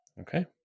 Okay